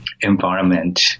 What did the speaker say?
environment